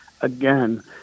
again